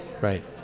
Right